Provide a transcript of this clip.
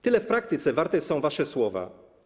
Tyle w praktyce warte są wasze słowa.